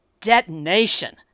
detonation